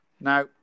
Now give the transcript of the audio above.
Now